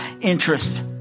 interest